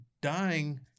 dying